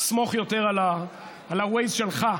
סמוך יותר על ה-Waze שלך,